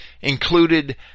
included